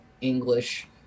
english